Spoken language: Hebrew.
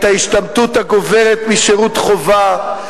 את ההשתמטות הגוברת משירות חובה,